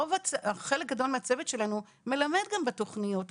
חלק גדול מהצוות שלנו מלמד גם בתוכניות האחרות.